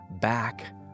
back